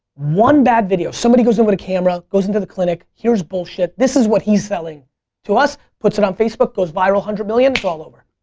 one bad video, somebody goes in with a camera, goes into the clinic, here's bullshit, this is what he's selling to us, puts it on facebook, goes viral, one hundred million, it's all over.